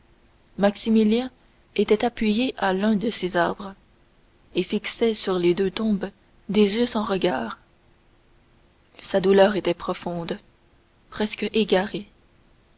maximilien était appuyé à l'un de ces arbres et fixait sur les deux tombes des yeux sans regard sa douleur était profonde presque égarée